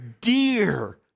dear